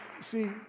see